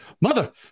mother